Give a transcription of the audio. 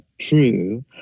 true